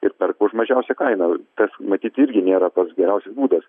ir perka už mažiausią kainą tas matyt irgi nėra pats geriausias būdas